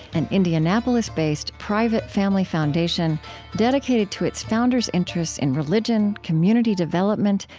an indianapolis-based, private family foundation dedicated to its founders' interests in religion, community development,